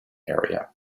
area